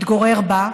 התגורר בה,